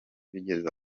bigeze